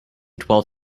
twelve